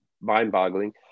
mind-boggling